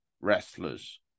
wrestlers